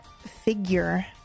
figure